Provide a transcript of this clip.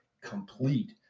complete